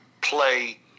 play